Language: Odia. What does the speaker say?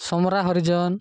ସମରା ହରିଜନ